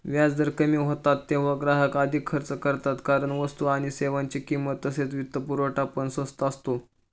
व्याजदर कमी होतात तेव्हा ग्राहक अधिक खर्च करतात कारण वस्तू आणि सेवांची किंमत तसेच वित्तपुरवठा पण स्वस्त असतो